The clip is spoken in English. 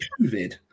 COVID